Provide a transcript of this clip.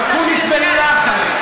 "אקוניס בלחץ",